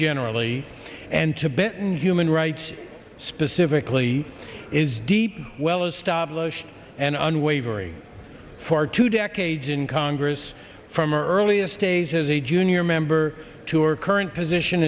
generally and tibetans human rights specifically is deep well established and unwavering for two decades in congress from earliest days as a junior member to or current position